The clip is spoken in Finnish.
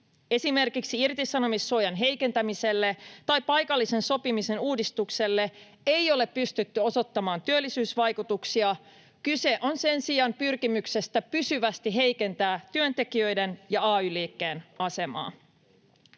Esimerkiksi irtisanomissuojan heikentämiselle tai paikallisen sopimisen uudistukselle ei ole pystytty osoittamaan työllisyysvaikutuksia. Kyse on sen sijaan pyrkimyksestä pysyvästi heikentää työntekijöiden ja ay-liikkeen asemaa.